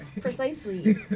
Precisely